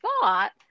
thought